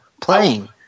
playing